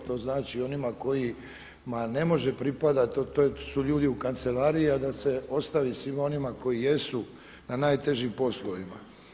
To znači onima kojima ne može pripadati, to su ljudi u kancelariji, a da se ostavi svima onima koji jesu n a najtežim poslovima.